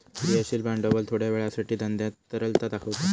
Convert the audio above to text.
क्रियाशील भांडवल थोड्या वेळासाठी धंद्यात तरलता दाखवता